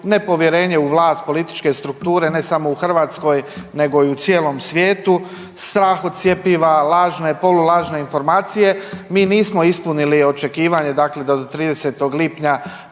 nepovjerenje u vlast političke strukture ne samo u Hrvatskoj nego i u cijelom svijetu, strah od cjepiva, lažne, polulažne informacije. Mi nismo ispunili očekivanje dakle da do 30. lipnja